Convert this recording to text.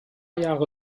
jahre